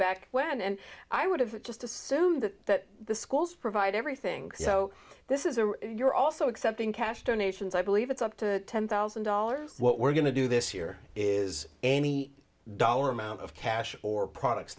back when and i would have just assumed that the schools provide everything so this is a you're also accepting cash donations i believe it's up to ten thousand dollars what we're going to do this year is any dollar amount of cash or products